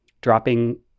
dropping